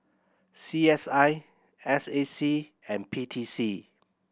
C S I S A C and P T C